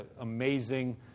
amazing